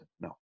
No